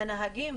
הנהגים,